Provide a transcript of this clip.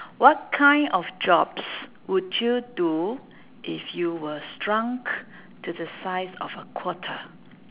what kind of jobs would you do if you were shrunk to the size of a quarter